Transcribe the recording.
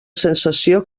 sensació